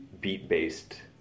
beat-based